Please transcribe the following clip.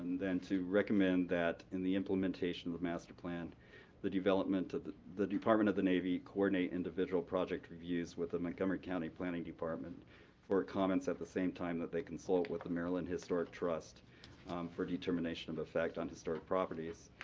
then to recommend that in the implementation of the master plan the development the the department of the navy coordinate individual project reviews with the montgomery county planning department for comments at the same time that they consult with the maryland historic trust for determination of effect on historic properties,